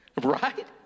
right